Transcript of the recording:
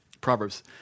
Proverbs